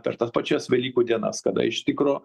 per tas pačias velykų dienas kada iš tikro